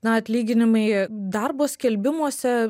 na atlyginimai darbo skelbimuose